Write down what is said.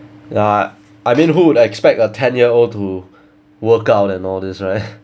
ya I mean who would expect a ten year old to work out and all this right